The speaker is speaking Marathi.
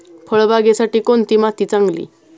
फळबागेसाठी कोणती माती चांगली?